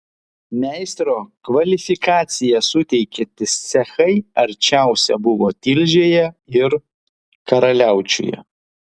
meistro kvalifikaciją suteikiantys cechai arčiausia buvo tilžėje ir karaliaučiuje